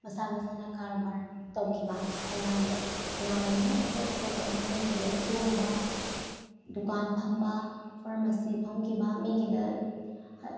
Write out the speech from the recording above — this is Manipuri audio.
ꯃꯁꯥ ꯃꯁꯥꯅ ꯀꯔꯕꯥꯔ ꯇꯧꯈꯤꯕ ꯁꯝꯅ ꯍꯥꯏꯔꯕꯗ ꯀꯅꯥꯒꯨꯝꯕꯅ ꯊꯕꯛ ꯑꯇꯣꯞꯄ ꯑꯃ ꯃꯤꯒꯤꯗ ꯁꯨꯔꯨꯕ ꯗꯨꯀꯥꯟ ꯐꯝꯕ ꯐꯥꯔꯃꯥꯁꯤ ꯐꯝꯈꯤꯕ ꯃꯤꯒꯤꯗ